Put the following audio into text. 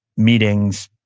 meetings,